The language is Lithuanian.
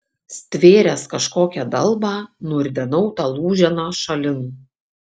stvėręs kažkokią dalbą nuridenau tą lūženą šalin